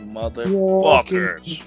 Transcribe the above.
Motherfuckers